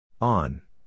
On